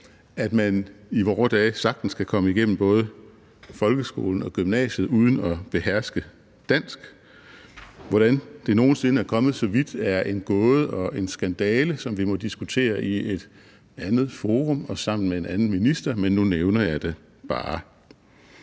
at man i vore dage sagtens kan komme igennem både folkeskolen og gymnasiet uden at beherske dansk. Hvordan det nogen sinde er kommet så vidt, er en gåde og en skandale, som vi må diskutere i et andet forum og sammen med en anden minister, men nu nævner jeg det bare.